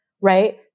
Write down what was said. right